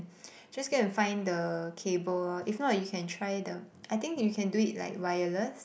just go and find the cable lor if not you can try the I think you can do it like wireless